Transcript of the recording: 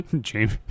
James